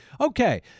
okay